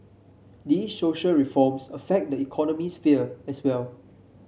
these social reforms affect the economics sphere as well